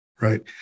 right